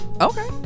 Okay